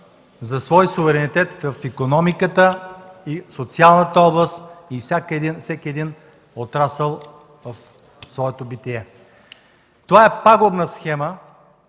за свой суверенитет в икономиката, социалната област и всеки един отрасъл в своето битие. Това е пагубна схема,